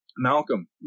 Malcolm